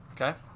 Okay